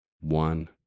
one